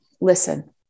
Listen